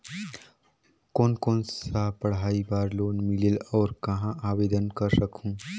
कोन कोन सा पढ़ाई बर लोन मिलेल और कहाँ आवेदन कर सकहुं?